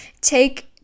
Take